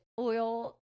oil